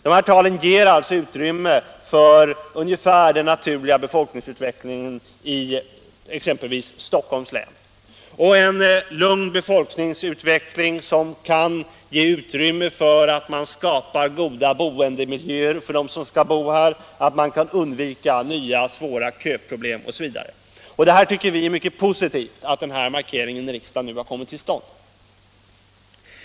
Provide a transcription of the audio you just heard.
De här talen ger alltså utrymme för ungefär den naturliga befolkningsutvecklingen i exempelvis Stockholms län och en lugn befolkningsutveckling som gör det möjligt att skapa goda boendemiljöer för dem som skall bo här, undvika nya, svåra köproblem osv. Vi tycker att det är mycket positivt att den här markeringen har kommit till stånd i riksdagen.